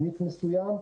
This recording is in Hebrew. בסניף מסוים,